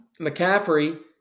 McCaffrey